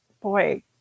boy